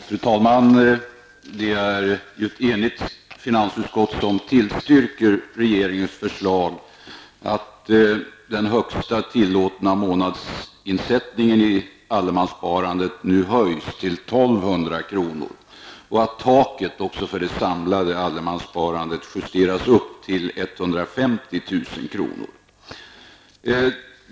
Fru talman! Det är ett enigt finansutskott som tillstyrker regeringens förslag om att den högsta tillåtna månadsinsättningen i allemanssparandet nu höjs till 1 200 kr. och att taket för det samlade allemanssparandet justeras upp till 150 000 kr.